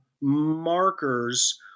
markers